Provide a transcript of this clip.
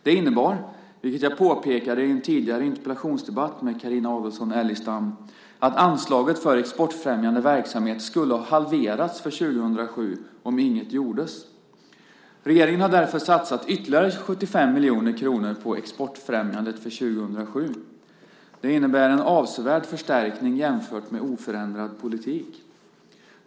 Det innebar, vilket jag påpekade i en tidigare interpellationsdebatt med Carina Adolfsson Elgestam, att anslaget för exportfrämjande verksamhet skulle ha halverats för 2007 om inget gjordes. Regeringen har därför satsat ytterligare 75 miljoner kronor på exportfrämjandet för 2007. Det innebär en avsevärd förstärkning jämfört med oförändrad politik.